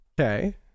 Okay